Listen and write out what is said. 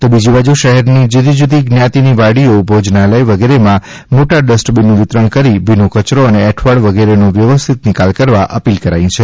તો બીજી બાજુ શહેરની જુદી જુદી જ્ઞાતિની વાડીઓ ભોજનાલય વિગેરેમાં મોટા ડસ્ટબિનનું વિતરણ કરી ભીનો કચરો અને એઠવાડ વગેરેનો વ્યવસ્થિત નિકાલ કરવા અપીલ કરાઇ છે